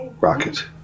Rocket